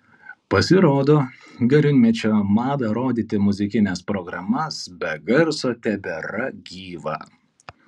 pasirodo gariūnmečio mada rodyti muzikines programas be garso tebėra gyva